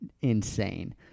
insane